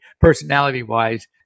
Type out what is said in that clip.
personality-wise